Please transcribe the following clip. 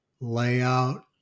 layout